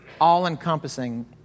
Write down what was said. all-encompassing